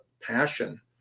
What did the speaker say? passion